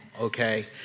Okay